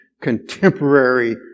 contemporary